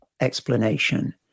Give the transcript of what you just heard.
explanation